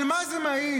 על מה זה מעיד,